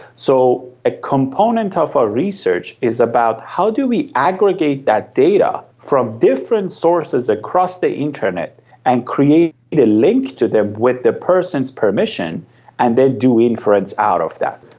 so a component of our research is about how do we aggregate that data from different sources across the internet and create a link to them with the person's permission and then do inference out of that.